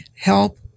help